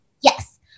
Yes